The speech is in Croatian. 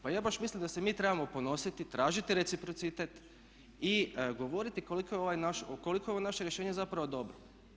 Pa ja baš mislim da se mi trebamo ponositi, tražiti reciprocitet i govoriti koliko je ovo naše rješenje zapravo dobro.